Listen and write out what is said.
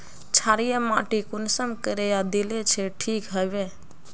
क्षारीय माटी कुंसम करे या दिले से ठीक हैबे?